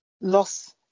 loss